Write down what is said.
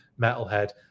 Metalhead